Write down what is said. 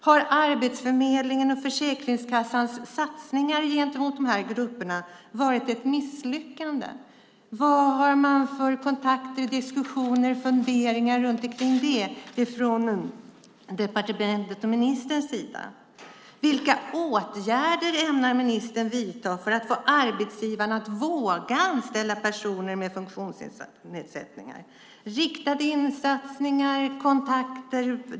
Har Arbetsförmedlingens och Försäkringskassans satsningar på dessa grupper varit ett misslyckande? Vilka kontakter, diskussioner och funderingar har man om detta från departementets och ministerns sida? Vilka åtgärder - riktade insatser, direkta kontakter och så vidare - ämnar ministern vidta för att få arbetsgivarna att våga anställa personer med funktionsnedsättningar?